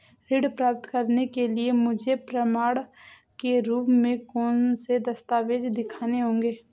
ऋण प्राप्त करने के लिए मुझे प्रमाण के रूप में कौन से दस्तावेज़ दिखाने होंगे?